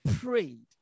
prayed